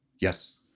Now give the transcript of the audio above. Yes